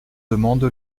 demande